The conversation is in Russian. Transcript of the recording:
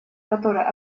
которая